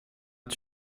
que